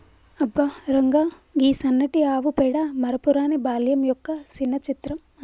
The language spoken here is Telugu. అబ్బ రంగా, గీ సన్నటి ఆవు పేడ మరపురాని బాల్యం యొక్క సిన్న చిత్రం